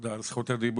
תודה על זכות הדיבור.